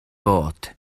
bod